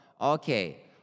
Okay